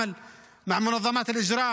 השר דיכטר.